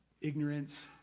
ignorance